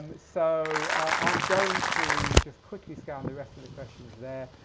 um so i'm going to just quickly scan the rest of the questions there.